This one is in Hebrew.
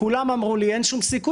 כולם אמרו לי אין שום כיסוי,